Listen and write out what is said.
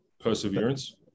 perseverance